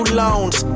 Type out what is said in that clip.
loans